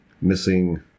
missing